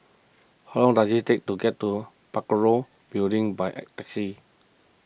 how long does it take to get to Parakou Building by taxi